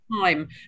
time